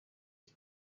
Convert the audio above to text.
iki